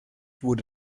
wurde